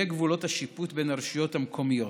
גבולות השיפוט בין הרשויות המקומיות,